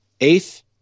Eighth